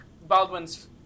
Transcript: Baldwin's